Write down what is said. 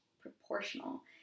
proportional